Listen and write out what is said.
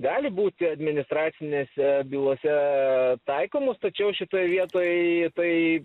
gali būti administracinėse bylose taikomos tačiau šitoj vietoj tai